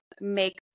make